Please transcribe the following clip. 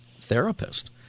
therapist